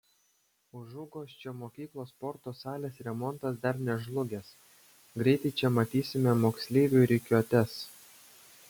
užuguosčio mokyklos sporto salės remontas dar nežlugęs greitai čia matysime moksleivių rikiuotes